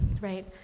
right